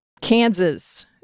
Kansas